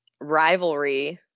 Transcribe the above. rivalry